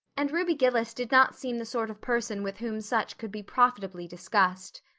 and ruby gillis did not seem the sort of person with whom such could be profitably discussed.